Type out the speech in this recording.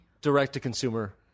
Direct-to-consumer